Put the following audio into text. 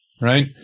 Right